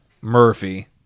Murphy